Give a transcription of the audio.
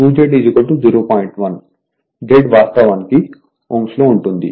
1 Z వాస్తవానికి Ω లో ఉంటుంది